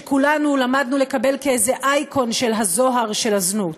שכולנו למדנו לקבל כאיזה אייקון של הזוהר של הזנות.